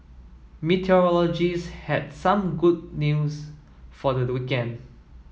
meteorologist had some good news for the the weekend